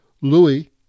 Louis